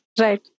Right